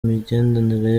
imigenderanire